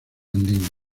andino